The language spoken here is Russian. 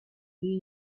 или